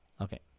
Okay